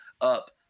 up